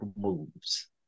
moves